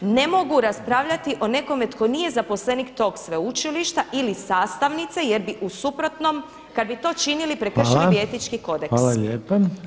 ne mogu raspravljati o nekome tko nije zaposlenik tog sveučilišta ili sastavnice jer bi u suprotnom kada bi to činili prekršili etički kodeks.